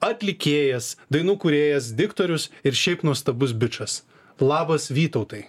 atlikėjas dainų kūrėjas diktorius ir šiaip nuostabus bičas labas vytautai